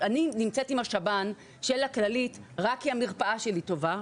אני נמצאת עם השב"ן של הכללית רק כי המרפאה שלי טובה,